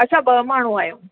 असां ॿ माण्हू आहियूं